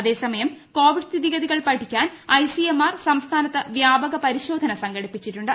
അതേസമയം കോവിഡ് സ്ഥിതിഗതികൾ പഠിക്കാൻ ഐസിഎംആർ സംസ്ഥാനത്ത് വ്യാപക പരിശോധന സംഘടിപ്പിച്ചിട്ടുണ്ട്